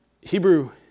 Hebrew